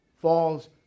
falls